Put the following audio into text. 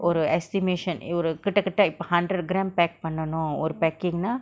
ஒரு:oru estimation err ஒரு கிட்ட கிட்ட இப்ப:oru kitta kitta ipa hundred gram pack பன்னணு ஒரு:pannanu oru packing னா:naa